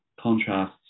contrasts